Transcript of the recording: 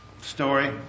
story